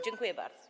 Dziękuję bardzo.